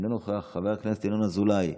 אינו נוכח, חבר הכנסת ינון אזולאי,